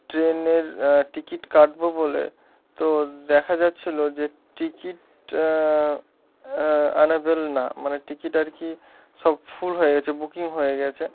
ট্রেনের টিকিট কাটব বলে তো দেখা যাচ্ছিল যে টিকিট অ্যাভেইলেবল না মানে টিকিট আর কি সব ফুল হয়ে গিয়েছে বুকিং হয়ে গিয়েছে